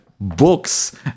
books